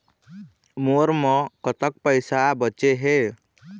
मोर म कतक पैसा बचे हे?